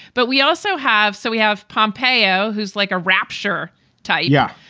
but we also have so we have pompeo who's like a rapture type. yeah.